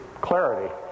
clarity